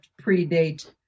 predate